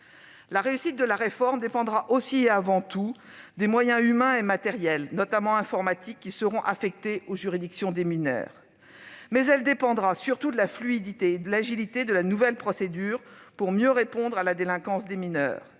La réussite de la réforme dépendra des moyens humains et matériels, notamment informatiques, qui seront affectés aux juridictions des mineurs. Elle dépendra surtout de la fluidité et de l'agilité de la nouvelle procédure, pour mieux répondre à la délinquance des mineurs.